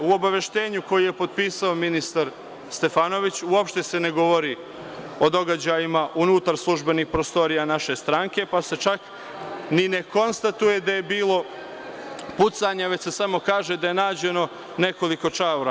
U obaveštenju koje je potpisao ministar Stefanović, uopšte se ne govori o događajima unutar službenih prostorija naše stranke, pa se čak ni ne konstatuje da je bilo pucanja, već se samo kaže da je nađeno nekoliko čaura.